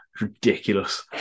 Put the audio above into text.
Ridiculous